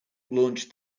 launched